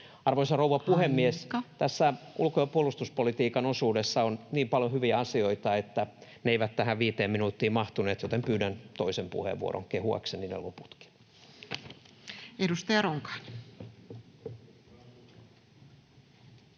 Arvoisa rouva puhemies! [Puhemies: Aika!] Tässä ulko- ja puolustuspolitiikan osuudessa on niin paljon hyviä asioita, että ne eivät tähän viiteen minuuttiin mahtuneet, joten pyydän toisen puheenvuoron kehuakseni ne loputkin. Edustaja Ronkainen.